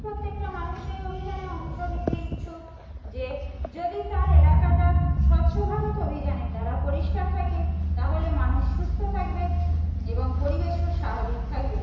প্রত্যেকটা মানুষ এই অভিযানে অংশ নিতে ইচ্ছুক যে যদি তার এলাকাটা স্বচ্ছ ভারত অভিযানের দ্বারা পরিষ্কার থাকে তাহলে মানুষ সুস্থ থাকবে এবং পরিবেশও স্বাভাবিক থাকবে